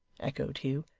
echoed hugh.